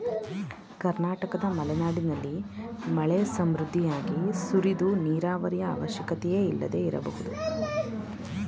ಕರ್ನಾಟಕದ ಮಲೆನಾಡಿನಲ್ಲಿ ಮಳೆ ಸಮೃದ್ಧಿಯಾಗಿ ಸುರಿದು ನೀರಾವರಿಯ ಅವಶ್ಯಕತೆಯೇ ಇಲ್ಲದೆ ಇರಬಹುದು